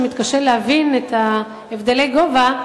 שמתקשה להבין את הבדלי הגובה,